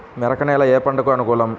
మెరక నేల ఏ పంటకు అనుకూలం?